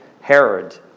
Herod